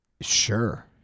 Sure